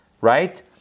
right